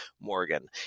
Morgan